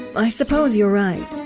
i suppose you're right.